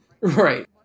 Right